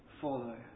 follow